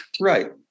right